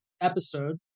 episode